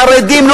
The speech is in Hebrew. חרדים,